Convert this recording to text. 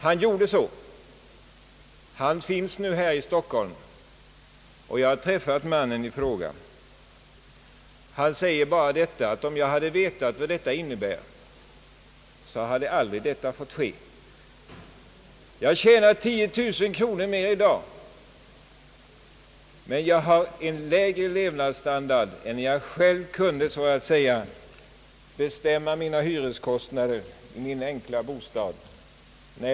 Han gjorde som han blev tillrådd och vistas nu här i Stockholm. Jag har träffat mannen i fråga, och han säger att han om han hade vetat vad detta skulle innebära aldrig hade givit sig in på det. Han tjänar i dag 10 000 kronor mer om året men har en lägre levnadsstandard än när han själv kunde bestämma sina hyreskostnader i sin enkla bostad.